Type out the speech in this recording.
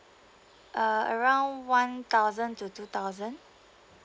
uh around one thousand to two thousand